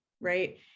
Right